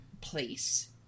place